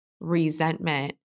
resentment